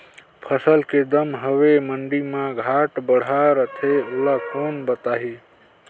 फसल के दम हवे मंडी मा घाट बढ़ा रथे ओला कोन बताही?